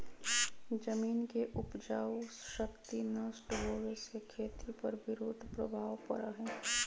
जमीन के उपजाऊ शक्ति नष्ट होवे से खेती पर विरुद्ध प्रभाव पड़ा हई